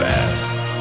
best